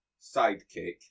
Sidekick